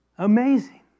Amazing